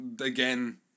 again